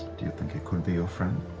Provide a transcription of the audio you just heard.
do you think it could be your friend?